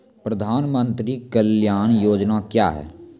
प्रधानमंत्री कल्याण योजना क्या हैं?